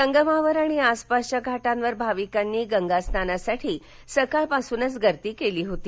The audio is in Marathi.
संगमावर आणि आसपासच्या घाटांवर भाविकांनी गंगा स्नानासाठी सकाळपासूनच गर्दी केली होती